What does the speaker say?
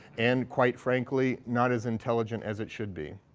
and quite frankly, not as intelligent as it should be.